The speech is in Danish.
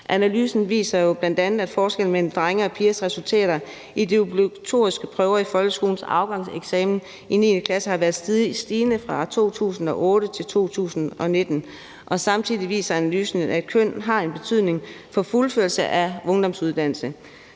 Analysen viser jo bl.a., at forskellen mellem drenges og pigers resultater i de obligatoriske prøver i folkeskolens afgangseksamen i 9. klasse har været stigende fra 2008 til 2019, og samtidig viser analysen, at køn har en betydning for fuldførelsen af ungdomsuddannelse.